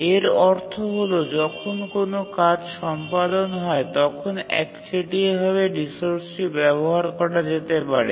এর অর্থ হল যখন কোন কাজ সম্পাদন হয় তখন একচেটিয়া ভাবে রিসোর্সটি ব্যবহার করা যেতে পারে